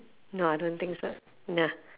no I don't think so no